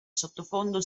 sottofondo